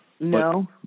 No